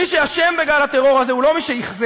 מי שאשם בגל הטרור הזה הוא לא מי שאכזב,